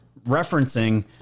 referencing